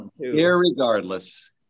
irregardless